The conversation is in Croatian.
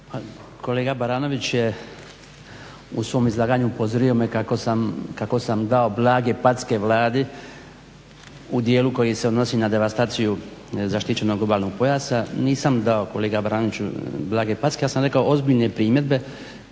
Kolega Baranović je u svom izlaganju upozorio me kako sam dao blage packe Vladi u dijelu koji se odnosi na devastaciju zaštićenog obalnog pojasa. Nisam dao kolega Baranoviću blage packe, ja sam rekao ozbiljne primjedbe